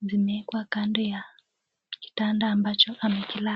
vimewekwa kando ya kitanda ambacho amekilala